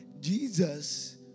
Jesus